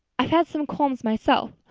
i've had some qualms myself.